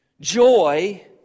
joy